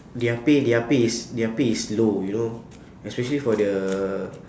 their pay their pay is their pay is low you know especially for the